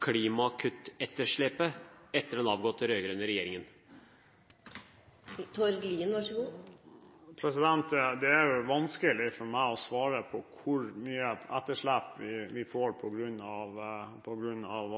klimakuttetterslepet etter den avgåtte rød-grønne regjeringen? Det er vanskelig for meg å svare på hvor mye etterslep vi får på grunn av